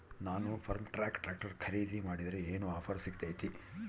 ನಾನು Farmtrac tractor ಖರೇದಿ ಮಾಡಿದ್ರೆ ಏನು ಆಫರ್ ಸಿಗ್ತೈತಿ?